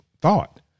thought